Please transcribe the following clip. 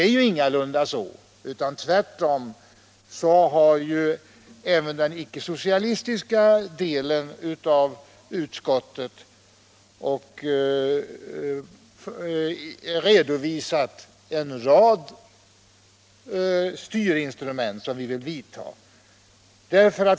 Det är ingalunda så, utan tvärtom har även den ickesocialistiska delen av utskottet redovisat en rad styråtgärder som vi vill vidta.